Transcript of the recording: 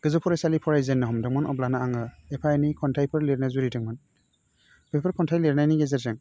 गोजौ फरायसालि फरायजेन्नो हमदोंमोन अब्लानो आङो एफा एनै खन्थाइफोर लिरनो जुरिदोंमोन बेफोर खन्थाइ लिरनायनि गेजेरजों